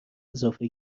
اضافه